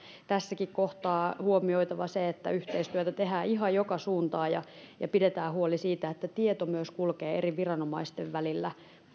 tässäkin kohtaa on huomioitava se että yhteistyötä tehdään ihan joka suuntaan ja ja pidetään huoli siitä että tieto myös kulkee eri viranomaisten välillä